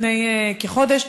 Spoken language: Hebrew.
לפני כחודש,